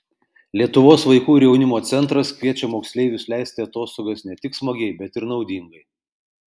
lietuvos vaikų ir jaunimo centras kviečia moksleivius leisti atostogas ne tik smagiai bet ir naudingai